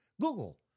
Google